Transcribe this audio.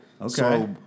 Okay